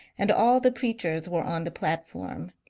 and all the preachers were on the platform.